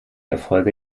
erfolge